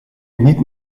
niet